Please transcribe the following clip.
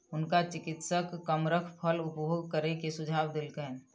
हुनका चिकित्सक कमरख फल उपभोग करै के सुझाव देलकैन